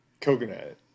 coconut